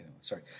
sorry